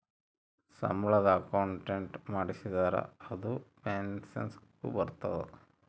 ಸಂಬಳದ ಅಕೌಂಟ್ ಮಾಡಿಸಿದರ ಅದು ಪೆನ್ಸನ್ ಗು ಬರ್ತದ